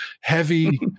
heavy